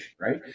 right